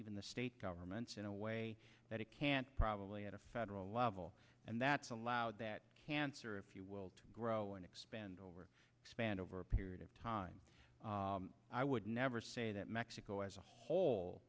even the state governments in a way that it can't probably at a federal level and that's allowed that cancer if you will to grow and expand over expand over a period of time i would never say that mexico as a whole